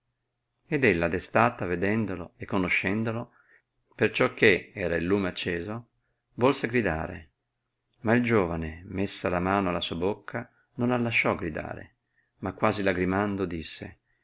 ippolito ed ella destata vedendolo e conoscendolo perciò che era il lume acceso volse gridare ma il giovane messa la mano alla sua bocca non la lasciò gridare ma quasi lagrimando disse